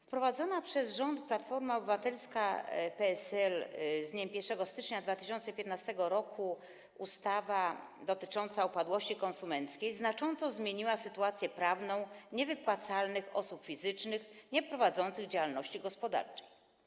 Wprowadzona przez rząd Platforma Obywatelska - PSL z dniem 1 stycznia 2015 r. ustawa dotycząca upadłości konsumenckiej znacząco zmieniła sytuację prawną niewypłacalnych osób fizycznych nieprowadzących działalności gospodarczej.